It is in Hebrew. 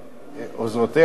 ולעוזרותיה,